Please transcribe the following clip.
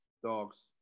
Dogs